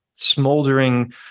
smoldering